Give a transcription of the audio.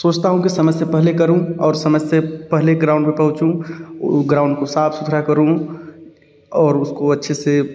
सोचता हूँ कि समय से पहले करूँ और समय से पहले ग्राउंड पे पहुँचूँ वो ग्राउंड को साफ़ सुथरा करूँ और उसको अच्छे से